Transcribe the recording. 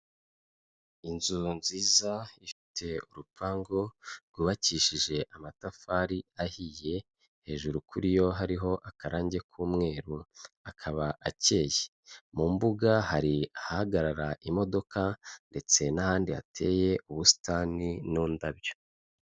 Inzu nziza ifite urupangu rwubakishije amatafari ahiye, hejuru kuri yo hariho akarange k'umweru akaba acyeye, mu mbuga hari ahahagarara imodoka ndetse n'ahandi hateye ubusitani n'indabyo.